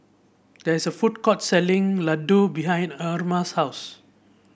there is a food court selling Ladoo behind Erma's house